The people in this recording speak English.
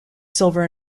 silver